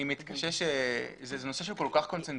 אני חושב שזה נושא שהוא כל כך קונצנזואלי.